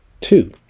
Two